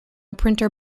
printer